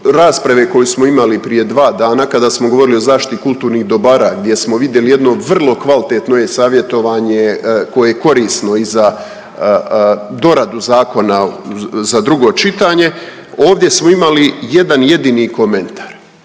rasprave koju smo imali prije dva dana kada smo govorili o zaštiti kulturnih dobara gdje smo vidjeli jedno vrlo kvalitetno e-Savjetovanje koje je korisno i za doradu zakona za drugo čitanje, ovdje smo imali jedan jedini komentar,